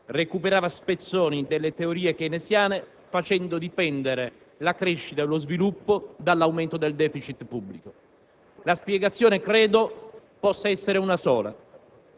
recuperava spezzoni delle teorie keynesiane facendo dipendere la crescita e lo sviluppo dall'aumento del *deficit* pubblico. Credo che la spiegazione possa essere una sola: